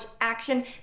action